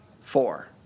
Four